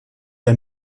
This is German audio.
der